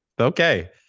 Okay